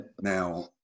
now